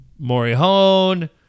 Morihone